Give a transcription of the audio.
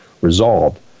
resolved